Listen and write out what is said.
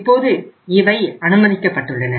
இப்போது இவை அனுமதிக்கப்பட்டுள்ளன